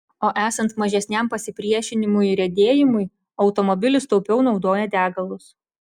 o esant mažesniam pasipriešinimui riedėjimui automobilis taupiau naudoja degalus